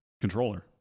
Controller